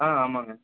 ஆ ஆமாம்ங்க